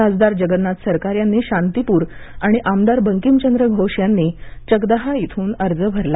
खासदार जगन्नाथ सरकार यांनी शांतीपूर आणि आमदार बंकिम चंद्र घोष यांनी चकडहा इथून अर्ज भरला आहे